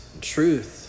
truth